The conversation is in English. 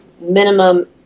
minimum